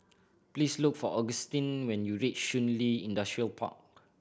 please look for Agustin when you reach Shun Li Industrial Park